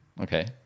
Okay